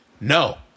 No